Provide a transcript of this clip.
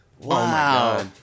Wow